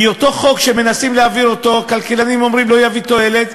מאותו חוק שמנסים להעביר והכלכלנים אומרים שהוא לא יביא תועלת,